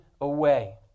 away